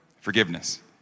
Forgiveness